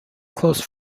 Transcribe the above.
close